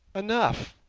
enough.